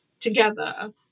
together